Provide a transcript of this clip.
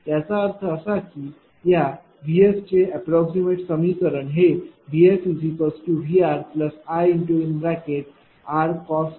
त्याचा अर्थ असा की या Vsचे अप्राक्समैट समीकरण हे VSVRIr cos x sin असेल